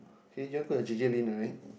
can you just put the J-J-Lin right